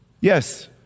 Yes